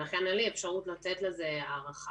ולכן אין לי אפשרות לתת לזה הערכה.